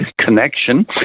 connection